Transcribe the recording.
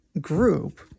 group